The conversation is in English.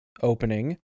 opening